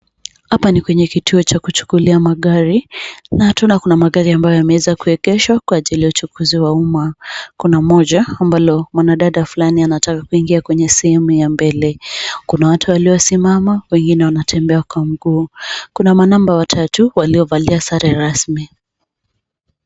Hapa ni kwenye kituo cha kuchukulia magari na tunaona kuna magari ambayo yameweza kuegeshwa kwa ajili ya uchukuzi wa umma. Kuna moja ambalo mwanadada fulani anataka kuingia kwenye sehemu ya mbele. Kuna watu waliosimama wengine wanatembea kwa mguu .kuna manamba watatu waliovalia sare rasmi.